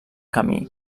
camí